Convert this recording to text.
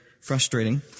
frustrating